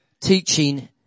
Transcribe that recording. teaching